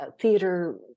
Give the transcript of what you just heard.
theater